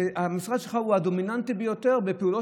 המשרד שלך הוא הדומיננטי ביותר בפעולות